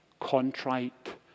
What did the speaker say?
contrite